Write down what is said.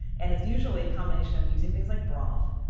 and it's usually a combination of using things like broth,